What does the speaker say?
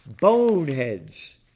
boneheads